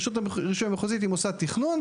רשות הרישוי המחוזית היא מוסד תכנון.